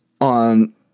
on